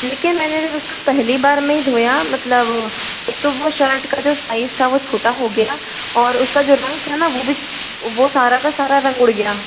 लेकिन मैंने उसको पहली बार में ही धोया मतलब एक तो वो शर्ट का जो साइज़ था वह छोटा हो गया और उसका जो रंग था ना वह भी वह सारा का सारा रंग उड़ गया